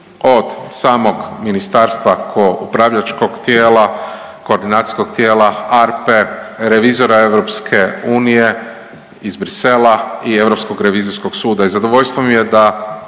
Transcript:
od samog ministarstva kao upravljačkog tijela, koordinacijskog tijela, ARPE, revizora EU iz Bruxellesa i Europskog revizorskog suda i zadovoljstvo mi je da